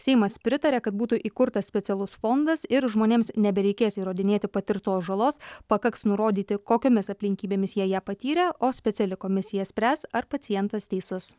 seimas pritarė kad būtų įkurtas specialus fondas ir žmonėms nebereikės įrodinėti patirtos žalos pakaks nurodyti kokiomis aplinkybėmis jie ją patyrę o speciali komisija spręs ar pacientas teisus